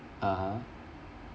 (uh huh)